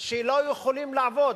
שלא יכולים לעבוד.